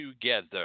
together